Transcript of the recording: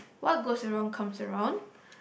what goes around comes around